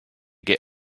get